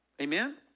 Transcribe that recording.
Amen